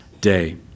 day